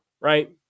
right